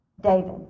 David